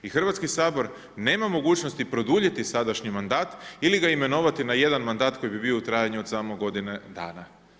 I Hrvatski sabor nema mogućnosti produljiti sadašnji mandat ili ga imenovati na jedan mandat koji bi bio u trajanju od samo godine dana.